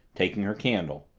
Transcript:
taking her candle,